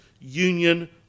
union